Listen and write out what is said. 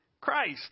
Christ